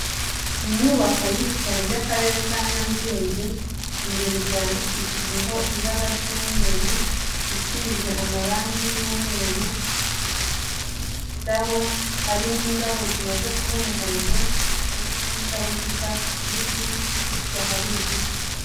Inyubako y'ibitaro by'akarere ka Nyarugenge, imbere byandikishijeho ibara ry'umweru, isize amarangi y'umweru, imbere ifite, indabo harimo indabo zimaze kuba umuhondo, harimo n'indabo z'icyatsi kibisi, hirya hari igiti.